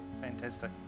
Fantastic